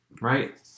right